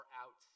out